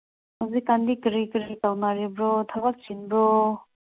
ꯍꯧꯖꯤꯛꯀꯥꯟꯗꯤ ꯀꯔꯤ ꯀꯔꯤ ꯇꯧꯅꯔꯤꯕ꯭ꯔꯣ ꯊꯕꯛ ꯆꯤꯟꯕ꯭ꯔꯣ